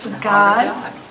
God